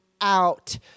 out